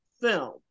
film